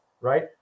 right